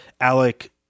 Alec